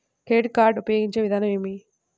Credit card ఉపయోగించే విధానం ఏమి?